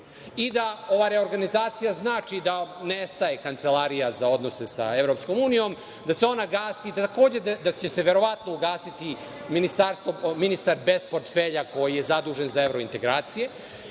i da ova reorganizacija znači da nestaje Kancelarija za odnose sa EU, da se ona gasi, verovatno će se ugasiti ministar bez portfelja koji je zadužen za evrointegracije